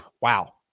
wow